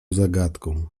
zagadką